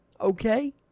Okay